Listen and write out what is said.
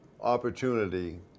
opportunity